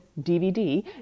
DVD